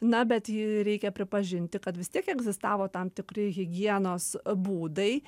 na bet ji reikia pripažinti kad vis tiek egzistavo tam tikri higienos būdai